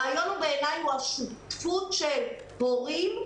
הרעיון בעיניי הוא השותפות של הורים,